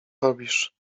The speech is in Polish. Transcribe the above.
robisz